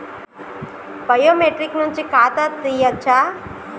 Biometric నుంచి ఖాతా తీయచ్చా?